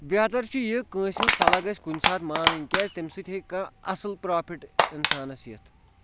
بہتر چھُ یہِ کٲنٛسہِ ہٕنٛز صلح گژھِ کُنہِ ساتہٕ مانٕنۍ کیٛازِ تَمہِ سۭتۍ ہیٚکہِ کانٛہہ اَصٕل پرٛافِٹ اِنسانس یِتھ